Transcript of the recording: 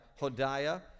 Hodiah